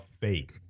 fake